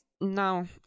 No